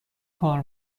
کار